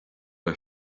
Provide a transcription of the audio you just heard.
air